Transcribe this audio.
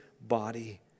body